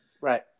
right